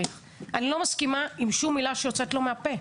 אני לא מסכימה עם שום מילה שיוצאת לו מהפה,